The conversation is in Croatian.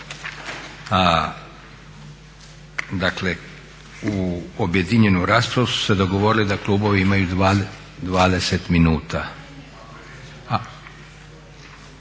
Dakle u objedinjenu raspravu su se dogovorili da klubovi imaju 20 minuta.